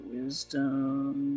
Wisdom